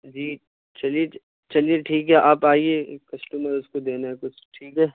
جی چلیے چلیے ٹھیک ہے آپ آئیے ایک کسٹمر ہے اس کو دینا ہے کچھ ٹھیک ہے